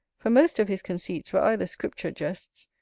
for most of his conceits were either scripture jests,